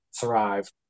thrive